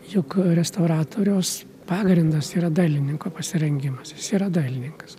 juk restauratoriaus pagrindas tai yra dailininko pasirengimas jis yra dalininkas